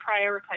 prioritize